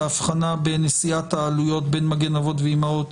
ההבחנה בנשיאת העלויות בין מגן אבות ואימהות